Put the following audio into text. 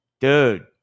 dude